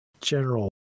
General